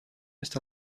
ist